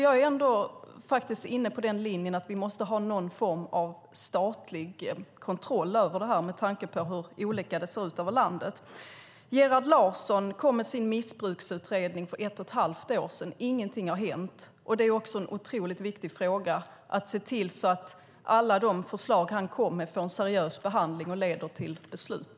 Jag är inne på linjen att vi måste ha någon form av statlig kontroll med tanke på hur olika det ser ut över landet. Gerhard Larsson lade fram Missbruksutredningen för ett och ett halvt år sedan. Ingenting har hänt. Det är otroligt viktigt att se till att alla de förslag Gerhard Larsson lade fram får en seriös behandling och leder till beslut.